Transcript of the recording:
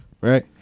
Right